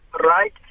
right